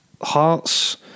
Hearts